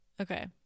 Okay